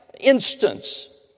instance